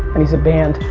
and he's a band,